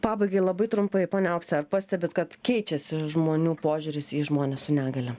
pabaigai labai trumpai ponia aukse ar pastebit kad keičiasi žmonių požiūris į žmones su negalia